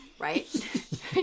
right